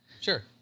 Sure